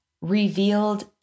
revealed